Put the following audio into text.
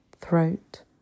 Throat